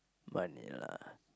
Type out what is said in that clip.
money lah